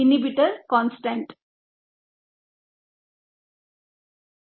12 ಆಗಿದೆ